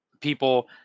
People